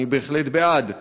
אני בהחלט בעד,